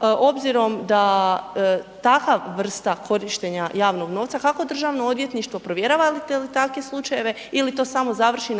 obzirom da takva vrsta korištenja javnog novca kako Državno odvjetništvo provjeravate li takve slučajeve ili to samo završi